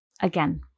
again